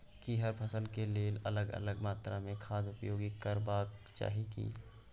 की हर फसल के लेल अलग अलग मात्रा मे खाद उपयोग करबाक चाही की?